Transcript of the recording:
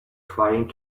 trying